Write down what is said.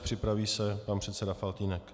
Připraví se pan předseda Faltýnek.